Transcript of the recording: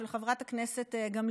של חברת הכנסת גמליאל,